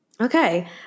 Okay